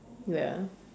ya